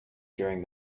during